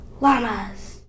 Llamas